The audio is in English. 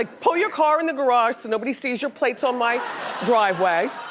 ah pull your car in the garage so nobody sees your plates on my driveway.